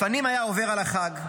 לפנים היה עובר על החג,